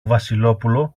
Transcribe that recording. βασιλόπουλο